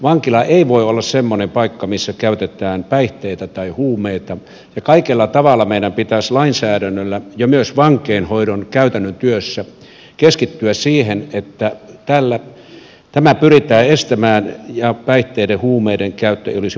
vankila ei voi olla semmoinen paikka missä käytetään päihteitä tai huumeita ja kaikella tavalla meidän pitäisi lainsäädännöllä ja myös vankeinhoidon käytännön työssä keskittyä siihen että tämä pyritään estämään ja päihteiden huumeiden käyttö ei olisi vankilassa mahdollista